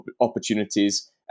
opportunities